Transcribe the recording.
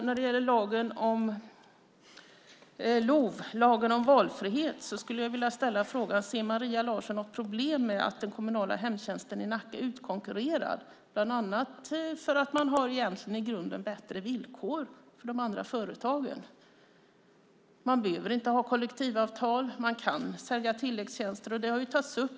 När det gäller LOV, lagen om valfrihet, skulle jag vilja ställa frågan: Ser Maria Larsson något problem med att den kommunala hemtjänsten i Nacka är utkonkurrerad, bland annat för att man har bättre villkor än de andra företagen? Företagen behöver inte ha kollektivavtal, och de kan sälja tilläggstjänster.